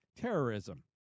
terrorism